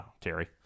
Terry